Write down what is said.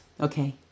Okay